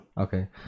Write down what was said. okay